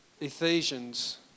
Ephesians